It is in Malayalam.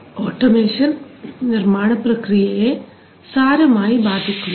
ഓട്ടോമേഷൻ നിർമ്മാണ പ്രക്രിയയെ സാരമായി ബാധിക്കുന്നു